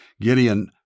Gideon